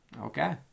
Okay